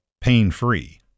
pain-free